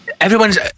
everyone's